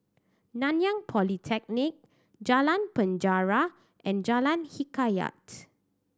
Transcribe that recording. Nanyang Polytechnic Jalan Penjara and Jalan Hikayat